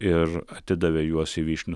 ir atidavė juos į vyšnių